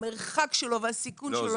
המרחק שלו והסיכון שלו להתדרדר --- לא,